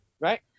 right